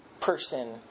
person